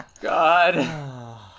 God